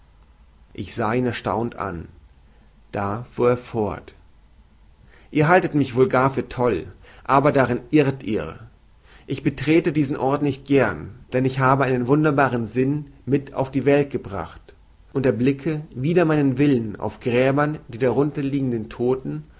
ich sah ihn erstaunt an da fuhr er fort ihr haltet mich wohl gar für toll aber darin irrt ihr ich betrete diese orte nicht gern denn ich habe einen wunderbaren sinn mit auf die welt gebracht und erblicke wider meinen willen auf gräbern die darunter liegenden todten